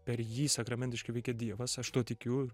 per jį sakramentiškai veikia dievas aš tuo tikiu